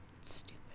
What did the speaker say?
stupid